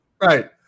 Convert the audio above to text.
Right